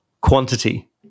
quantity